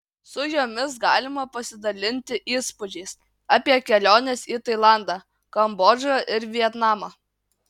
su jomis galima pasidalinti įspūdžiais apie keliones į tailandą kambodžą ir vietnamą